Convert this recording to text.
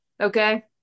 Okay